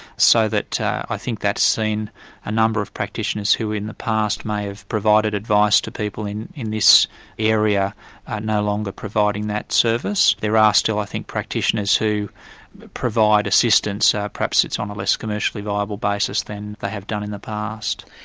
so that i think that's seen a number of practitioners who in the past may have provided advice to people in in this area, are no longer providing that service. there are still i think practitioners who provide assistance, perhaps it's on a less commercially viable basis than they have done in the past.